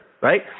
right